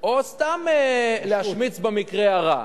או סתם להשמיץ במקרה הרע.